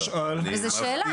אבל זו שאלה.